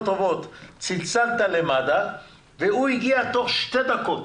טובות התקשרת למד"א והוא הגיע תוך שתי דקות